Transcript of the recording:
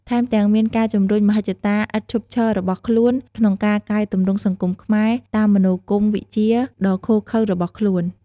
ថែមទាំងមានការជំរុញមហិច្ចតាឥតឈប់ឈររបស់ខ្លួនក្នុងការកែទម្រង់សង្គមខ្មែរតាមមនោគមវិជ្ជាដ៏ឃោរឃៅរបស់ខ្លួន។